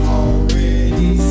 already